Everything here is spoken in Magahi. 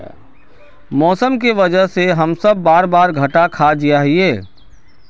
मौसम के वजह से हम सब बार बार घटा खा जाए हीये?